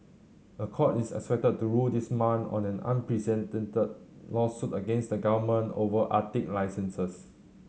a court is expected to rule this month on an unprecedented lawsuit against the government over Arctic licenses